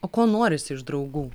o ko norisi iš draugų